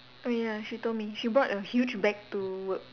oh ya she told me she brought a huge bag to work